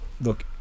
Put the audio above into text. look